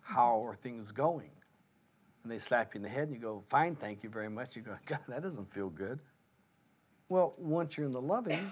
how are things going and they slack in the head you go fine thank you very much you go that doesn't feel good well once you're in the lov